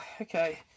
okay